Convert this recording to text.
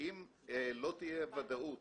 אם לא תהיה ודאות